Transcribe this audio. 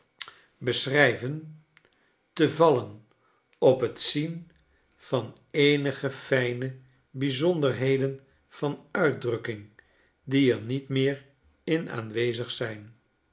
te vallen op het zien van eenige fijne bijzonderheden van uitdrukking die er niet meer in aanwezig zijn